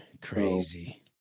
Crazy